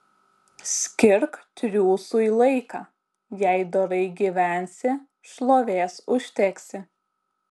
skirk triūsui laiką jei dorai gyvensi šlovės užteksi